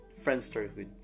friendsterhood